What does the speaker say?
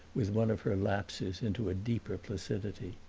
with one of her lapses into a deeper placidity.